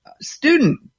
student